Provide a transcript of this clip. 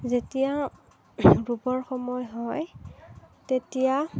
যেতিয়া ৰুবৰ সময় হয় তেতিয়া